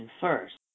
first